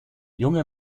junge